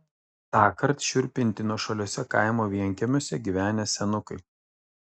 tąkart šiurpinti nuošaliuose kaimo vienkiemiuose gyvenę senukai